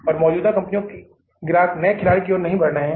और मौजूदा कंपनियों के ग्राहक नए खिलाड़ी की ओर नहीं बढ़ रहे हैं